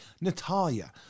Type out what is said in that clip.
Natalia